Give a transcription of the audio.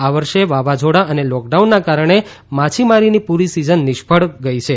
આ વર્ષ વાવાઝોટા અને લોકડાઉનને કારણે માછીમારીની પુરી સિઝન નિષ્ફળ ગઇ છે